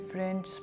French